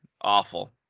Awful